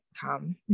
come